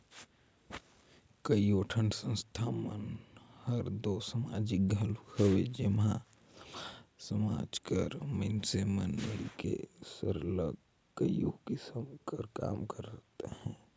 कइयो ठन संस्था मन हर दो समाजिक घलो हवे जेम्हां समाज कर मइनसे मन मिलके सरलग कइयो किसिम कर काम करत अहें